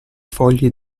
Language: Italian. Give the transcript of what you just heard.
fogli